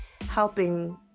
helping